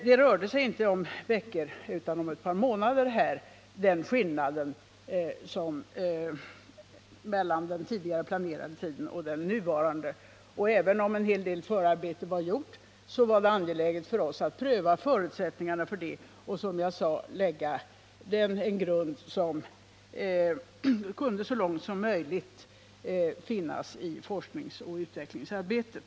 Skillnaden mellan den tidigare och den nu planerade tiden rörde sig dock inte om veckor utan om ett par månader, och även om en hel del av förarbetet var gjort var vi angelägna att pröva förutsättningarna för att, som jag sade, så långt som möjligt lägga till grund vad som kunde finnas i forskningsoch utvecklingsarbetet.